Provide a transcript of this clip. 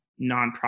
nonprofit